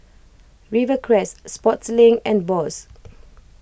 Rivercrest Sportslink and Bose